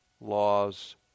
laws